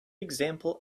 example